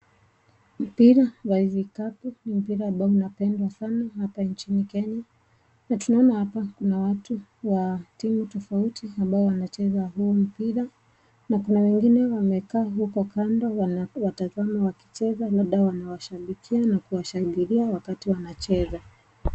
Mpira wa vikapu ni mpira ambao unapendwa sana hapa nchini Kenya. Na tunaona hapa kuna watu wa timu tofauti ambao wanacheza huu mpira. Na kuna wengine wamekaa huko kando wanawatazama wakicheza. Labda wanawashambikia na kuwashangilia wakati wanacheza.